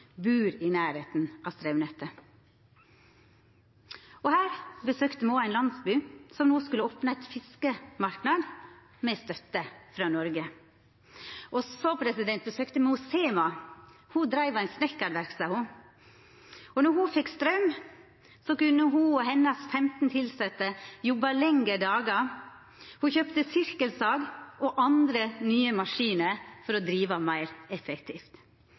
i nærleiken av bustaden. Her besøkte me også ein landsby som no skulle opna ein fiskemarknad med støtte frå Noreg. Og me besøkte Sama, som dreiv ein snikkarverkstad. Då ho fekk straum, kunne ho og hennar 15 tilsette jobba lengre dagar. Ho kjøpte sirkelsag og andre nye maskiner for å driva meir effektivt.